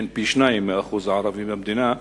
שהן פי-שניים משיעור הערבים במדינה,